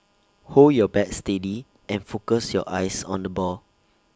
hold your bat steady and focus your eyes on the ball